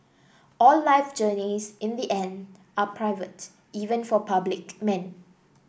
all life journeys in the end are private even for public men